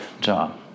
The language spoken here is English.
job